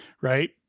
Right